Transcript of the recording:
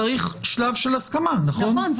צריך שלב של הסכמה, נכון?